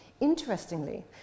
Interestingly